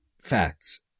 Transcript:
Facts